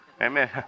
Amen